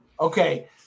Okay